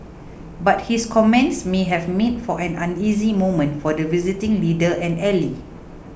but his comments may have made for an uneasy moment for the visiting leader and ally